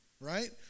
right